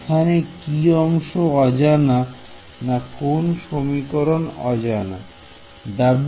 এখানে কি অংশ অজানা না কোন সমীকরণ অজানা